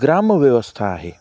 ग्रामव्यवस्था आहे